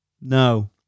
no